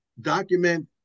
Document